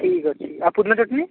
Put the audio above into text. ଠିକ୍ ଅଛି ଆଉ ପୁଦିନା ଚଟ୍ନି